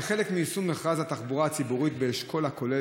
כחלק מיישום מכרז התחבורה הציבורית באשכול הכולל